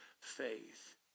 faith